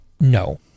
no